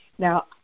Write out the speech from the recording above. Now